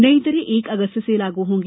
नई दरें एक अगस्त से लागू होंगी